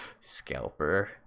Scalper